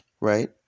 right